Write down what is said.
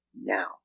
now